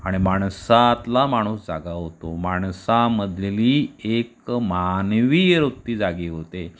आणि माणसातला माणूस जागा होतो माणसामधली एक मानवीय वृत्ती जागी होते